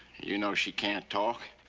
you know she can't talk.